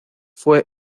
fue